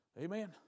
Amen